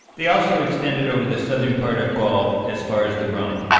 they also extended over the southern part of gaul as far as the rhone.